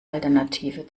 alternative